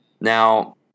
Now